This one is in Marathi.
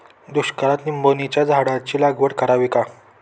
दुष्काळात निंबोणीच्या झाडाची लागवड करावी का?